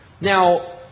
Now